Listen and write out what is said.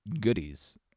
goodies